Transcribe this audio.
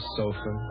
sofa